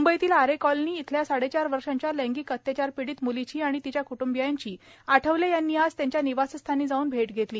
मंबईतील Aarey colony येथील साडे चार वर्षांच्या लैंगिक अत्याचार पीडित मुलीची आणि तिच्या कूटुंबियांची आठवले यांनी आज त्यांच्या निवासस्थानी जाऊन भेट घेतली